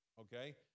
Okay